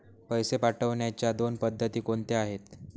पैसे पाठवण्याच्या दोन पद्धती कोणत्या आहेत?